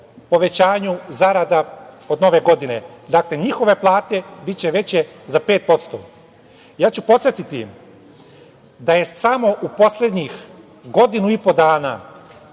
povećanju zarada od Nove godine. Dakle, njihove plate, biće veće za 5%. Ja ću podsetiti da je samo u poslednjih godinu i po dana